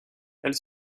elle